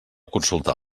consultar